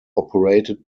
operated